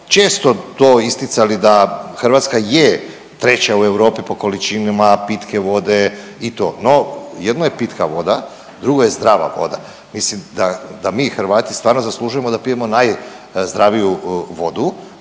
često to isticali da Hrvatska je treća u Europi po količinama pitke vode i to, no jedno je pitka voda, drugo je zdrava voda. Mislim da, da mi Hrvati stvarno zaslužujemo da pijemo najzdraviju vodu,